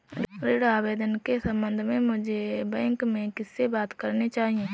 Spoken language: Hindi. ऋण आवेदन के संबंध में मुझे बैंक में किससे बात करनी चाहिए?